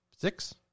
six